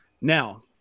Now